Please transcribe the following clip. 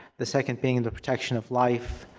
the second being and the protection of life.